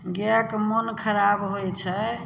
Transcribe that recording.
गायके मोन खराब होइ छै